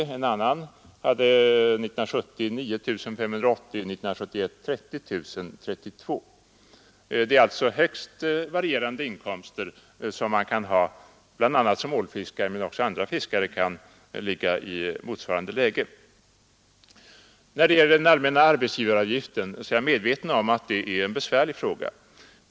Den andre, B, hade 1970 9 580 kronor och 1971 30 032 kronor. Det är alltså högst varierande inkomster som ålfiskare kan ha, men även andra fiskare kan befinna sig i motsvarande läge. Jag är medveten om att den allmänna arbetsgivaravgiften är en besvärlig fråga.